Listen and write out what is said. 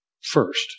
first